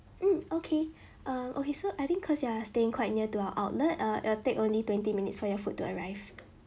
mm okay uh okay so I think cause you are staying quite near to our outlet err it will take only twenty minutes for your food to arrive